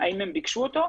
האם הם ביקשו אותו,